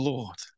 Lord